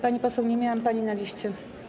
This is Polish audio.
Pani poseł, nie miałam pani na liście.